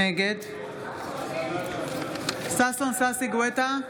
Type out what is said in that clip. נגד ששון ששי גואטה,